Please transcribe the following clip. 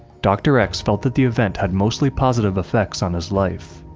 dr. x felt that the event had mostly positive effects on his life.